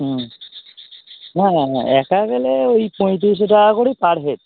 হুম হ্যাঁ হ্যাঁ হ্যাঁ একা গেলে ওই পঁয়তিরিশশো টাকা করেই পার হেড